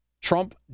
Trump